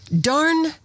Darn